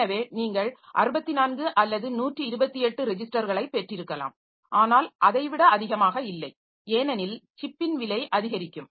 எனவே நீங்கள் 64 அல்லது 128 ரெஜிஸ்டர்களை பெற்றிருக்கலாம் ஆனால் அதை விட அதிகமாக இல்லை ஏனெனில் சிப்பின் விலை அதிகரிக்கும்